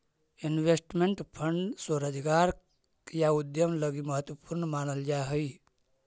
investment fund स्वरोजगार या उद्यम लगी महत्वपूर्ण मानल जा हई